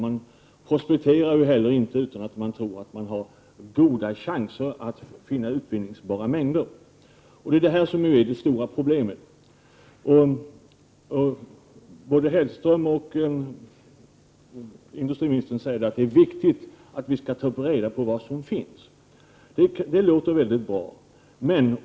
Man prospekterar inte heller inte om man tror att det finns goda chanser att finna utvinningsbara mängder. Det är det här som är det stora problemet. Både Mats Hellström och Ivar Nordberg säger att det är viktigt att vi skall kunna ta reda på vad som finns. Det låter mycket bra.